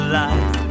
life